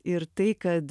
ir tai kad